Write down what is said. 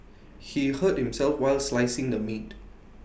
he hurt himself while slicing the meat